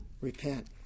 Repent